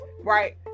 right